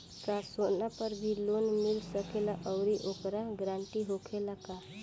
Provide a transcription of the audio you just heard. का सोना पर भी लोन मिल सकेला आउरी ओकर गारेंटी होखेला का?